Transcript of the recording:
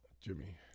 Jimmy